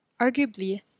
Arguably